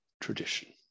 tradition